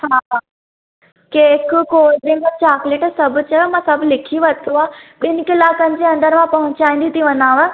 हा cake cold drink chocolate सभ चयो मां सभ लिखी वरितो आहे बिनि कलाकनि जे अंदरि मां पहुचाईंदी थी वञाव